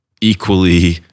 equally